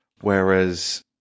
whereas